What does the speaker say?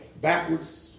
backwards